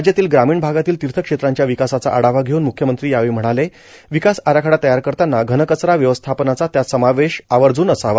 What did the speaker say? राज्यातील ग्रामीण भागातील तीर्थक्षेत्रांच्या विकासाचा आढावा घेऊन मुख्यमंत्री यावेळी म्हणाले विकास आराखडा तयार करताना धनकचरा व्यवस्थापनाचा त्यात समावेश आवर्जुन असावा